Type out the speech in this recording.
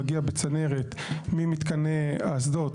מגיע בצנרת ממתקני האסדות.